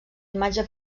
imatge